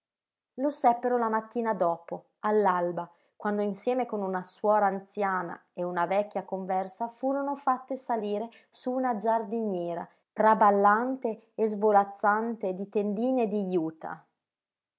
lo seppero la mattina dopo all'alba quando insieme con una suora anziana e una vecchia conversa furono fatte salire su una giardiniera traballante e svolazzante di tendine di juta